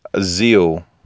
Zeal